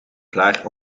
klaar